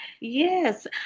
Yes